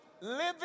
Living